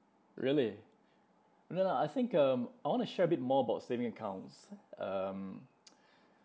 really no lah I think um I want to share a bit more about saving accounts um